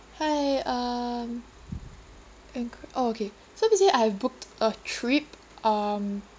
hi um in kor~ oh okay so basically I booked a trip um